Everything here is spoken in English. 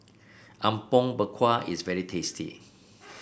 Apom Berkuah is very tasty